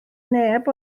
neb